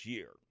Year